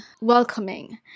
welcoming